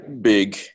big